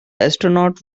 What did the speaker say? astronaut